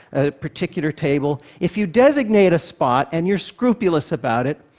a particular table. if you designate a spot and you're scrupulous about it,